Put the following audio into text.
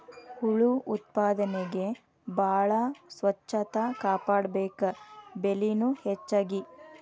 ಹುಳು ಉತ್ಪಾದನೆಗೆ ಬಾಳ ಸ್ವಚ್ಚತಾ ಕಾಪಾಡಬೇಕ, ಬೆಲಿನು ಹೆಚಗಿ